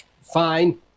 fine